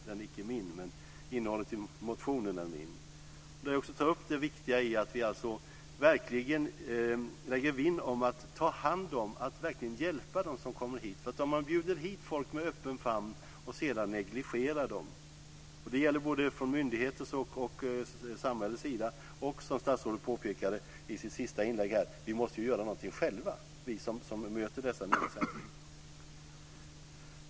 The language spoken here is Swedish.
Den är inte min, men innehållet i motionen är mitt. Jag tar där upp det viktiga i att vi verkligen lägger oss vinn om att ta hand om och hjälpa dem som kommer hit. Nu bjuder man hit folk med öppen famn och negligerar dem sedan - det gäller från både myndigheters och samhällets sida. Som statsrådet påpekade i sitt senaste inlägg måste vi göra något själva vi som möter dessa nya svenskar.